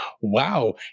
wow